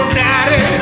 daddy